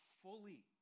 fully